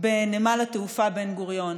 בנמל התעופה בן-גוריון.